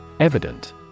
Evident